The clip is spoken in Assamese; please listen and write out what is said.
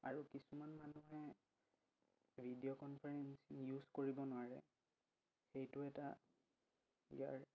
আৰু কিছুমান মানুহে ভিডিঅ' কনফাৰেঞ্চিং ইউজ কৰিব নোৱাৰে সেইটো এটা ইয়াৰ